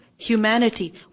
Humanity